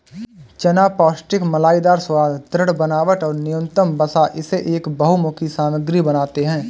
चना पौष्टिक मलाईदार स्वाद, दृढ़ बनावट और न्यूनतम वसा इसे एक बहुमुखी सामग्री बनाते है